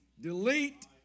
delete